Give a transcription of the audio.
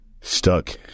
stuck